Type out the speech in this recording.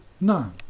No